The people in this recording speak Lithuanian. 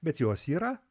bet jos yra